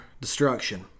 destruction